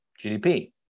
GDP